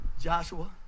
Joshua